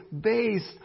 based